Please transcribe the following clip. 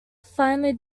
finally